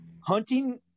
hunting